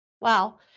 Wow